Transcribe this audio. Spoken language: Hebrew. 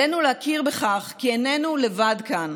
עלינו להכיר בכך כי איננו לבד כאן.